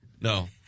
No